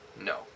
No